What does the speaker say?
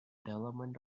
development